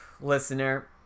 Listener